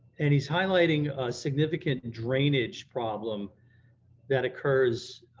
and he's highlighting a significant drainage problem that occurs,